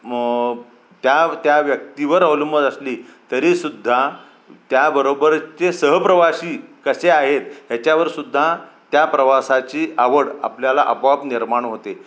मग त्या त्या व्यक्तीवर अवलंबून असली तरीसुद्धा त्याबरोबरचे सहप्रवासी कसे आहेत ह्याच्यावर सुद्धा त्या प्रवासाची आवड आपल्याला आपोआप निर्माण होते